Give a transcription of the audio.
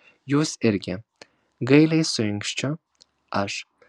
jūs irgi gailiai suinkščiu aš